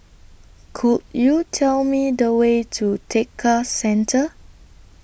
Could YOU Tell Me The Way to Tekka Centre